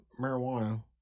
marijuana